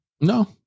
no